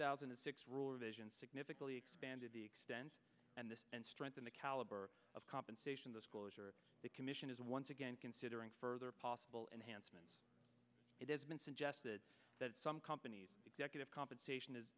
thousand and six rule or vision significantly expanded the extent and this and strengthen the caliber of compensation this closure the commission is once again considering further possible enhancements it has been suggested that some company executive compensation is